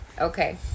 okay